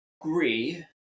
agree